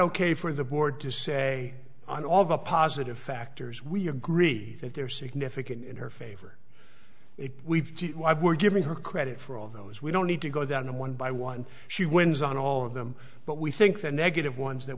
ok for the board to say on all the positive factors we agreed that there are significant in her favor if we've we're giving her credit for all those we don't need to go down one by one she wins on all of them but we think the negative ones that